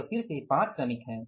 यह फिर से 5 श्रमिक है